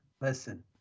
listen